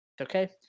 okay